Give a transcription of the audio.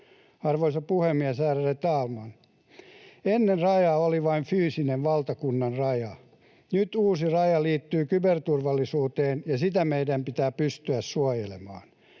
Arvoisa puhemies, ärade talman! Ennen raja oli vain fyysinen valtakunnan raja. Nyt uusi raja liittyy kyberturvallisuuteen, ja sitä meidän pitää pystyä suojelemaan.